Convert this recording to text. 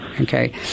Okay